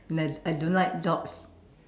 no I don't like dogs